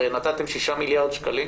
הרי נתתם שישה מיליארד שקלים